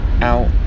out